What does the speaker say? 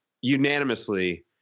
unanimously